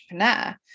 entrepreneur